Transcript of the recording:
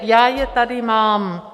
Já je tady mám.